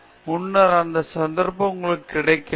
முன்னர் இந்த சந்தர்ப்பம் உங்களுக்கு கிடைக்கவில்லை